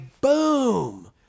Boom